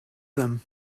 them